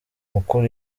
mukura